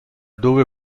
dove